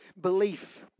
belief